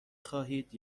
خواهید